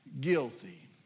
guilty